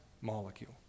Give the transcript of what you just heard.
molecule